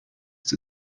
the